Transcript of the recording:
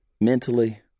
mentally